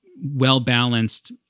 well-balanced